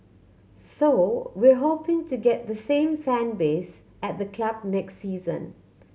so we're hoping to get the same fan base at the club next season